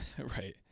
right